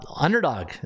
underdog